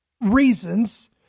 reasons